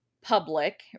public